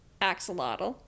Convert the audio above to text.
axolotl